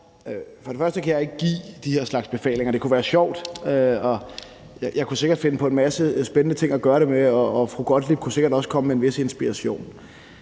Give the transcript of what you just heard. og fremmest kan jeg ikke give de her slags befalinger. Det kunne være sjovt. Jeg kunne sikkert finde på en masse spændende ting at gøre det med, og fru Jette Gottlieb kunne sikkert også komme med en vis inspiration.